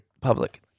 public